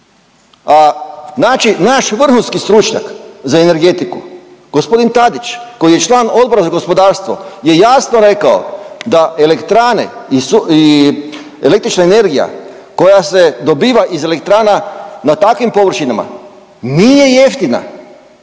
A znači naš vrhunski stručnjak za energetiku g. Tadić koji je član Odbora za gospodarstvo je jasno rekao da elektrane i električna energija koja se dobiva iz elektrana na takvim površinama nije jeftina